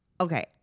okay